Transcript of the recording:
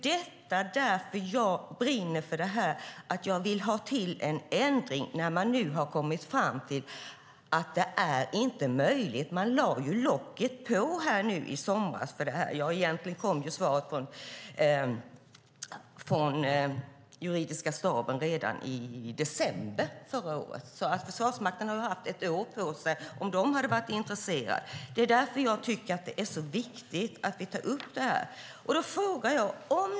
Det är för att jag brinner för detta som jag vill ha till en ändring när man nu har kommit fram till att det inte är möjligt. Man lade ju locket på i somras för detta. Egentligen kom svaret från juridiska staben redan i december förra året. Försvarsmakten har haft ett år på sig om den hade varit intresserad. Det är därför som jag tycker att det är så viktigt att vi tar upp detta.